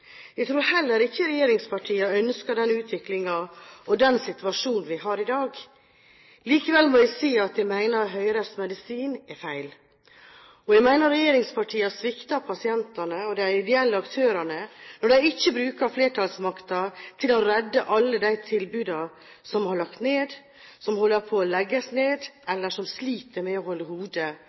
Jeg tror heller ikke regjeringspartiene ønsker den utviklingen og den situasjonen vi har i dag. Likevel må jeg si at jeg mener at Høyres medisin er feil. Og jeg mener regjeringspartiene svikter pasientene og de ideelle aktørene når de ikke bruker flertallsmakten til å redde alle de tilbudene som er lagt ned, som en holder på å legge ned, eller som sliter med å holde hodet